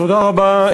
תודה רבה.